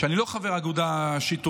אני לא חבר אגודה שיתופית,